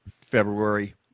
February